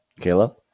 Kayla